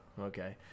Okay